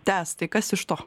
tęs tai kas iš to